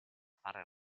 fare